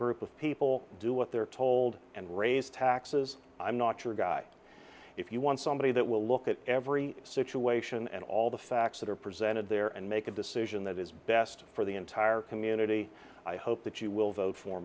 group of people do what they're told and raise taxes i'm not your guy if you want somebody that will look at every situation and all the facts that are presented there and make a decision that is best for the entire community i hope that you will vote for